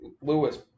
Lewis